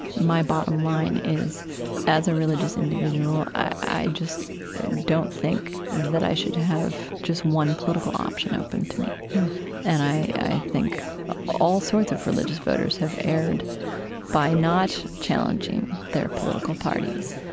my bottom line, is as a religious individual i just don't think that i should have just one political option open to me and i i think all sorts of religious voters have erred by not challenging their political parties.